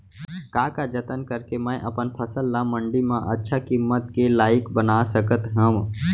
का का जतन करके मैं अपन फसल ला मण्डी मा अच्छा किम्मत के लाइक बना सकत हव?